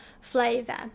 flavor